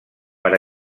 per